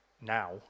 now